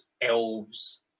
elves